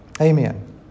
Amen